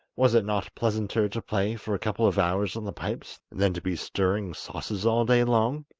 was it not pleasanter to play for a couple of hours on the pipes than to be stirring sauces all day long?